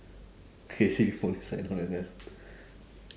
crazy people only sign on N_S